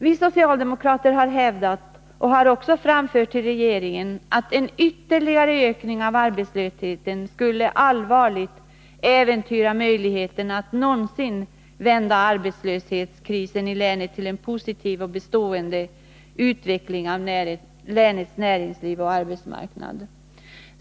Vi socialdemokrater har hävdat och har också framfört till regeringen att en ytterligare ökning av arbetslösheten skulle allvarligt äventyra möjligheterna att någonsin vända arbetslöshetskrisen i länet till en positiv och bestående utveckling av länets näringsliv och arbetsmarknad.